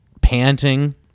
Panting